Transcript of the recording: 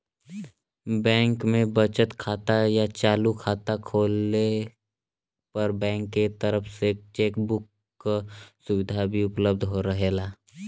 bank में बचत खाता या चालू खाता खोलले पर बैंक के तरफ से चेक बुक क सुविधा भी उपलब्ध रहेला